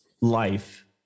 life